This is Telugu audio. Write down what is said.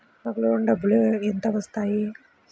నాకు లోన్ డబ్బులు ఎంత వస్తాయి?